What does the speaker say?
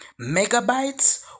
megabytes